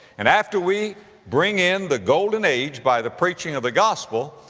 and after we bring in the golden age by the preaching of the gospel,